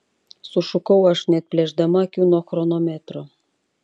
sušukau aš neatplėšdama akių nuo chronometro